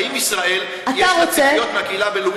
האם לישראל יש ציפיות מהקהילה הבין-לאומית,